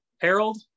Harold